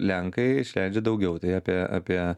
lenkai išleidžia daugiau tai apie apie